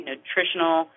nutritional